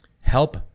help